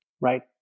Right